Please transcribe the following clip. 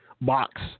box